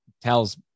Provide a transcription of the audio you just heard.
tells